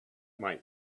might